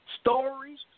stories